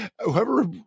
whoever